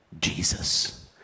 Jesus